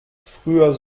früher